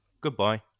goodbye